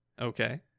Okay